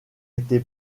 été